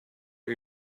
our